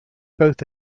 both